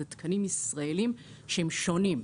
אלו ישראלים שהם שונים,